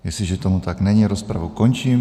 Jestliže tomu tak není, rozpravu končím.